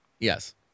Yes